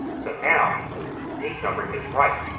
so now the page numbering is right.